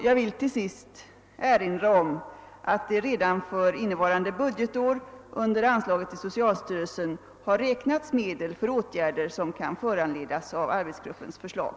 Jag vill också erinra om att det redan för innevarande budgetår under anslaget till socialstyrelsen har anvisats medel till åtgärder som kan föranledas av arbetsgruppens förslag.